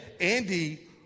Andy